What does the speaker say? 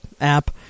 app